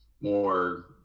more